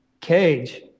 Cage